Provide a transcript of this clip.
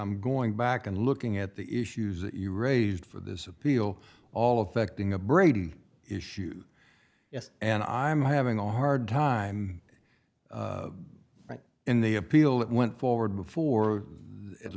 i'm going back and looking at the issues that you raised for this appeal all affecting a brady issue yes and i am having a hard time right in the appeal that went forward before at